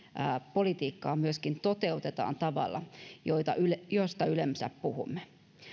politiikkaa myöskin toteutetaan tavalla josta yleensä puhumme